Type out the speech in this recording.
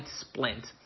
splint